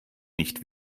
nicht